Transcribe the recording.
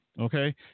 Okay